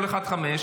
כל אחד חמש,